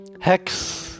Hex